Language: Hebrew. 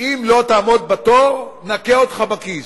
אם לא תעמוד בתור, נכה אותך בכיס.